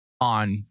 on